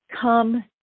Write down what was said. come